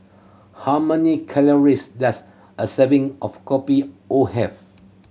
how many calories does a serving of Kopi O have